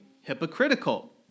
hypocritical